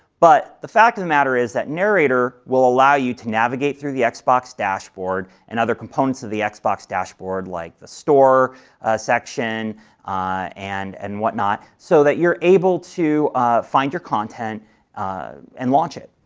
but the fact of the matter is that narrator will allow you to navigate through the xbox dashboard and other components of the xbox dashboard, like the store section and and whatnot, so you're able to find your content and launch it.